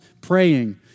praying